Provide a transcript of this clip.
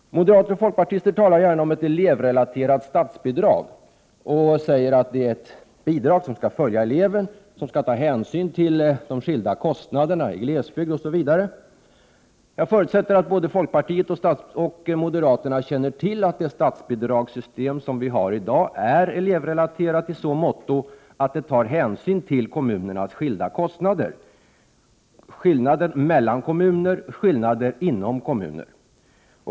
Moderater och folkpartister talar gärna om ett elevrelaterat statsbidrag. De säger att det är ett bidrag som skall följa eleven och som skall ta hänsyn till de skilda kostnaderna i glesbygden osv. Jag förutsätter att både folkpartiet och moderaterna känner till att statsbidragssystemet är elevrelaterat i så måtto att det tar hänsyn till kommunernas skilda kostnader, skillnader mellan kommuner och skillnader inom kommuner.